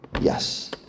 yes